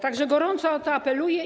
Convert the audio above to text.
Tak że gorąco o to apeluję.